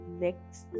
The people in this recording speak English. next